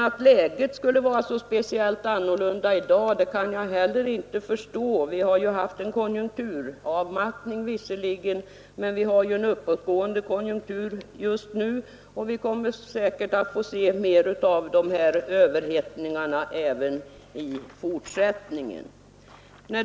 Att läget skulle vara så speciellt annorlunda i dag kan jag heller inte förstå. Vi har visserligen haft en konjunkturavmattning men har just nu en uppåtgående konjunktur, och vi kommer säkert att få se mer av de här överhettningarna även i fortsättningen.